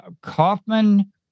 Kaufman